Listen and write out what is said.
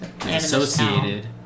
associated